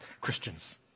Christians